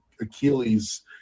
Achilles